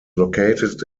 located